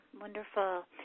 wonderful